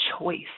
choice